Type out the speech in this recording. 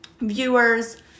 viewers